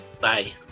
Bye